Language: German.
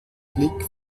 clique